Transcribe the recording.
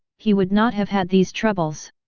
he would not have had these troubles.